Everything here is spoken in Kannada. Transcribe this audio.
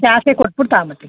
ಜಾಸ್ತಿ ಕೊಟ್ಬಿಟ್ಟು ತಾಂಬ